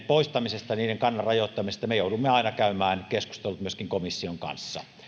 poistamisesta niiden kannan rajoittamisesta me joudumme aina käymään keskustelut myöskin komission kanssa